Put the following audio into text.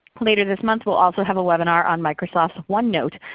later this month will also have a webinar on microsoft onenote.